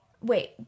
Wait